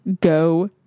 go